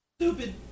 Stupid